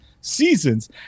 seasons